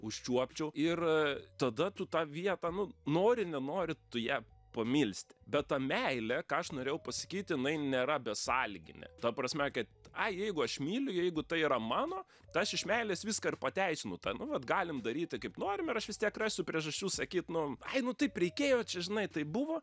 užčiuopčiau ir tada tu tą vietą nu nori nenori tu ją pamilsti bet ta meilė ką aš norėjau pasakyt jinai nėra besąlyginė ta prasme kad jeigu aš myliu jeigu tai yra mano tai aš iš meilės viską ir pateisinu tą nu vat galim daryti kaip norim ir aš vis tiek rasiu priežasčių sakyt nu ai nu taip reikėjo čia žinai taip buvo